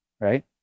Right